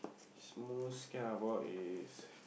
most scared about is